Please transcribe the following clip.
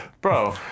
Bro